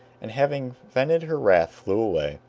and having vented her wrath flew away.